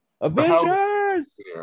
Avengers